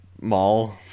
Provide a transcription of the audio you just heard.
mall